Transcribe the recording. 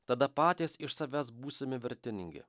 tada patys iš savęs būsime vertingi